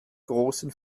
großen